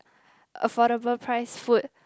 affordable price food